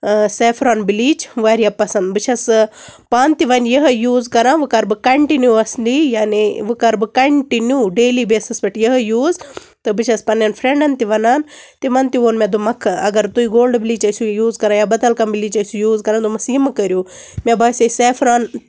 سٮ۪فران bleach واریاہ پسنٛد بہٕ چھَس ٲ پانہٕ تہِ ؤنۍ یِہٕے یوٗز کران وٕ کَرٕ بہٕ کَنٛٹِنیولسی یعنے وٕ کَرٕ بہٕ کَنٛٹِنیوٗ ڈیلی بیسَس پٮ۪ٹھ یِہٕے یوٗز تہٕ بہٕ چھَس پَنٛنیٚن فریٚنڈَن تہِ وَنان تِمَن تہِ ووٚن مےٚ دوٚپمَکھ اگر تُہۍ گولڈٕ بِلیٖچ ٲسِو یوٗز کران یا بدل کانٛہہ بِلیٖچ ٲسِو یوٗز کران دوٚپمَکھ یہِ مہ کٔرِو مےٚ باسیے سٮ۪فران